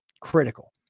critical